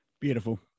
Beautiful